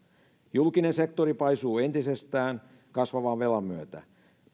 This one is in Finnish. julkinen sektori paisuu entisestään kasvavan velan myötä